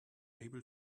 able